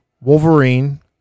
Wolverine